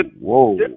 whoa